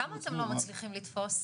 כמה אתם לא מצליחים לתפוס?